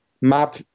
map